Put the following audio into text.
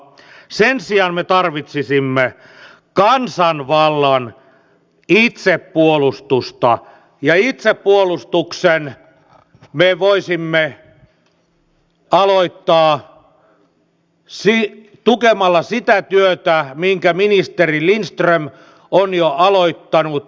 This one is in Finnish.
sen sijaan me tarvitsisimme kansanvallan itsepuolustusta ja itsepuolustuksen me voisimme aloittaa tukemalla sitä työtä minkä ministeri lindström on jo aloittanut